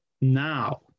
now